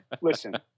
listen